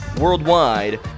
worldwide